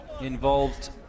involved